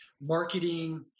marketing